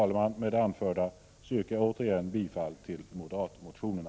Herr talman! Med det anförda yrkar jag återigen bifall till moderatreservationerna.